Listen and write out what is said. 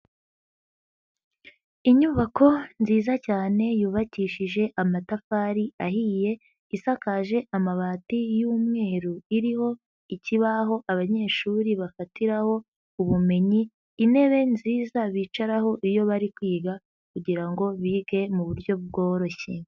Inyubako nziza cyane yubakishije amatafari ahiye, isakaje amabati y'umweru, iriho ikibaho abanyeshuri bafatiraho ubumenyi, intebe nziza bicaraho iyo bari kwiga kugira ngo bige mu buryo bworoshye.